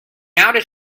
outed